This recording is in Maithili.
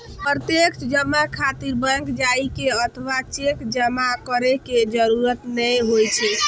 प्रत्यक्ष जमा खातिर बैंक जाइ के अथवा चेक जमा करै के जरूरत नै होइ छै